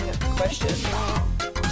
question